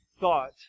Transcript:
thought